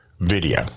video